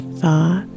thought